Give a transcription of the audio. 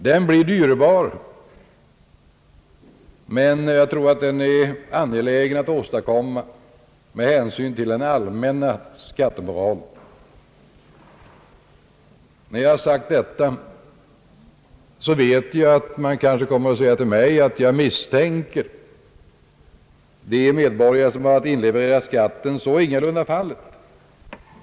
Den blir dyrbar, men med hänsyn till den allmänna skattemoralen är det angeläget att den kommer till stånd. Nu kommer jag kanske att få höra att jag är misstänksam mot de medborgare som har att inleverera skatten. Så är ingalunda fallet!